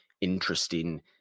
interesting